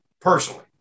personally